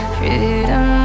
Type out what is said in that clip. Freedom